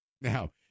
Now